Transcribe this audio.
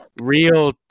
Real